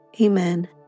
Amen